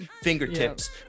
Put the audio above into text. fingertips